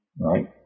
Right